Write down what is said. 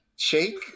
shake